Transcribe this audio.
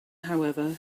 however